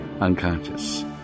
unconscious